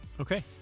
Okay